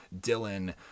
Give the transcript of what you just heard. Dylan